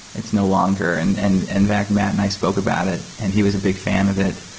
it's no longer and and in fact, matt and i spoke about it and he was a big fan of it,